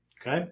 okay